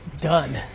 done